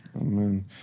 Amen